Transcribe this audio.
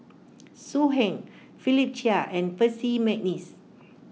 So Heng Philip Chia and Percy McNeice